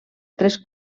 tres